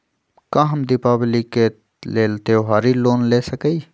का हम दीपावली के लेल त्योहारी लोन ले सकई?